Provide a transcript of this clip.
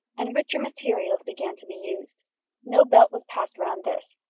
and richer materials began to be used no belt was passed round this,